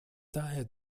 daher